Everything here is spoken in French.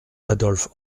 adolphe